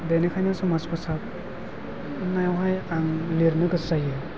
बेनिखायनो समाज फोसाबनायाव हाय आं लिरनो गोसो जायो